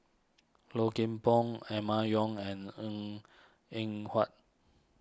Low Kim Pong Emma Yong and Ng Eng Huat